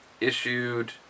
issued